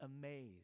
amazed